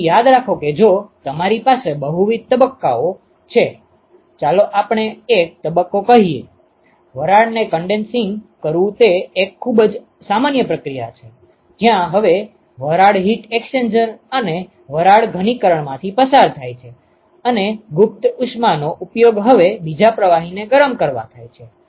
તેથી યાદ રાખો કે જો તમારી પાસે બહુવિધ તબક્કાઓ છે ચાલો આપણે એક તબક્કો કહીએ કે વરાળને કન્ડેન્સિંગ કરવું તે એક ખૂબ જ સામાન્ય પ્રક્રિયા છે જ્યાં હવે વરાળ હીટ એક્સ્ચેન્જર અને વરાળ ઘનીકરણમાંથી પસાર થાય છે અને ગુપ્ત ઉષ્માનો ઉપયોગ હવે બીજા પ્રવાહીને ગરમ કરવા થાય છે